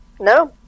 No